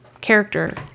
character